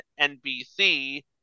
NBC